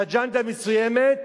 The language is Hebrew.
באג'נדה מסוימת,